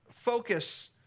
focus